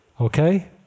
Okay